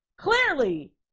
Clearly